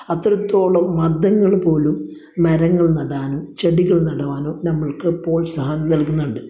അത്രത്തോളം മതങ്ങൾ പോലും മരങ്ങള് നടാനും ചെടികള് നടാനും നമ്മള്ക്ക് പ്രോത്സാഹനം നല്കുന്നുണ്ട്